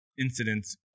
incidents